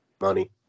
money